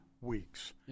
weeks